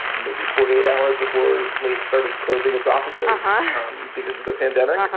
maybe forty eight hours before sleep started closing its offices um ah um because of the pandemic.